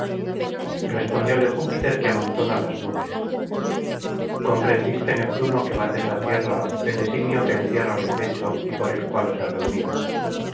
respondióle júpiter que amontónalas nubes comprendiste neptuno que bates la tierra el designio que encierra mi pecho y por el cual os he reunido